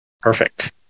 Perfect